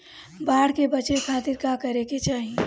बाढ़ से बचे खातिर का करे के चाहीं?